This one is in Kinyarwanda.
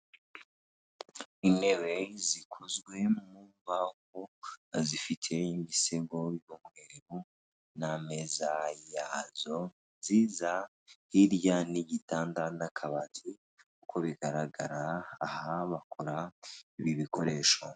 Intebe zikozwe mu mbahu, zifite imisego n'ameza yahazo nziza hirya n'igitanda n'akabati nkuko bigaragara aha bakora ibikoresho.